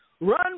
run